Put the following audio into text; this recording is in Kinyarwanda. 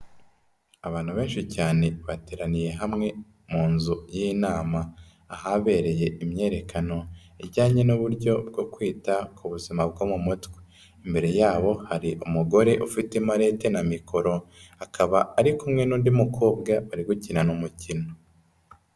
Abantu benshi cyane bateraniye hamwe mu nzu y'inama, ahabereye imyiyerekano ijyanye n'uburyo bwo kwita ku buzima bwo mu mutwe, imbere yabo hari umugore ufite imarete na mikoro, akaba ari kumwe n'undi mukobwa bari gukinana umukino.